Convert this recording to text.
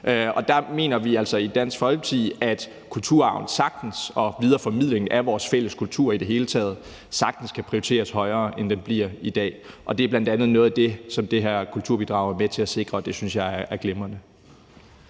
Der mener vi altså i Dansk Folkeparti, at kulturarven og videreformidlingen af vores fælles kultur i det hele taget sagtens kan prioriteres højere, end det bliver i dag. Det er bl.a. noget af det, som det her kulturbidrag er med til at sikre, og det synes jeg er glimrende.